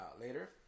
later